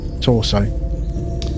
torso